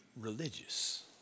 religious